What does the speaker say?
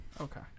Okay